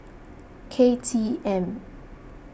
K T M